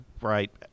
right